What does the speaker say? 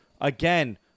again